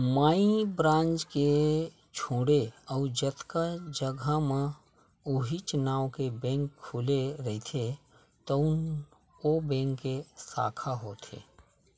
माई branch के छोड़े अउ जतका जघा म उहींच नांव के बेंक खुले रहिथे तउन ह ओ बेंक के साखा होथे